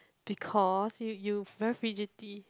because you you very fidgety